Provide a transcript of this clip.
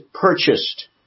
purchased